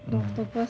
um